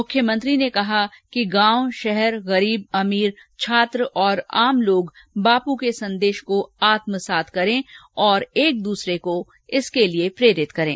मुख्यमंत्री ने कहा कि गांव शहर गरीब अमीर छात्र और आम लोग बापू के संदेश को आत्मसात करें और एक दूसरे को इसके लिए प्रेरित करें